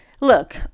look